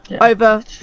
over